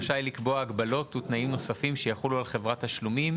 רשאי לקבוע הגבלות ותנאים נוספים שיחולו על חברת תשלומים,